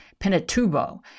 Pinatubo